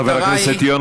חבר הכנסת יונה,